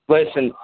Listen